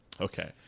Okay